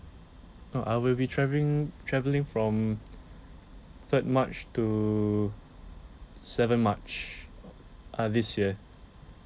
oh I will be travelling travelling from third march to seven march uh this year